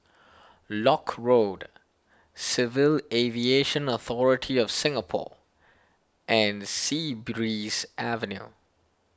Lock Road Civil Aviation Authority of Singapore and Sea Breeze Avenue